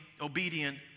obedient